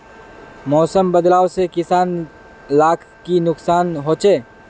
मौसम बदलाव से किसान लाक की नुकसान होचे?